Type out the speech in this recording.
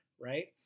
right